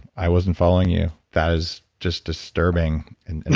i wasn't following you. that is just disturbing and and